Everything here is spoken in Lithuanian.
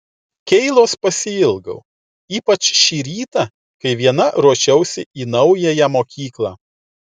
keilos pasiilgau ypač šį rytą kai viena ruošiausi į naująją mokyklą